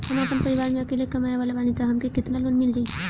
हम आपन परिवार म अकेले कमाए वाला बानीं त हमके केतना लोन मिल जाई?